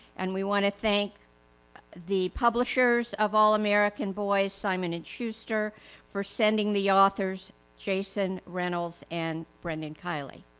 and we want to thank the publishers of all american boys, simon and schuster for sending the authors jason reynolds and brendan kiely.